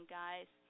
guys